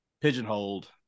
pigeonholed